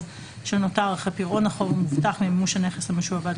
שנותר אחרי פירעון החוב המובטח ממימוש הנכס המשועבד,